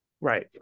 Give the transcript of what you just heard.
Right